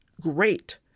great